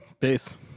Peace